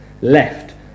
left